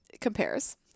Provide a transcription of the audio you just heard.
compares